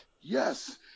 yes